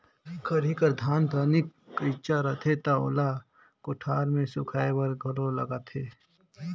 खरही कर धान तनिक कइंचा रथे त ओला कोठार मे सुखाए बर घलो लगथे